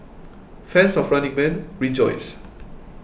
fans of Running Man rejoice